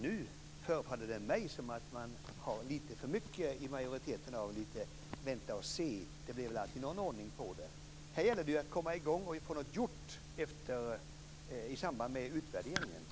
Nu förefaller det mig som om majoriteten har lite för mycket av inställningen att man vill vänta och se och att det väl blir någon ordning på det. Här gäller det att komma i gång och att få någonting gjort i samband med utvärderingen.